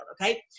okay